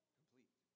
complete